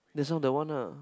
that's not the one ah